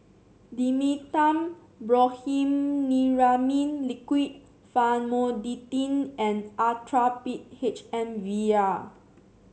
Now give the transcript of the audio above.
Dimetapp Brompheniramine Liquid Famotidine and Actrapid H M vial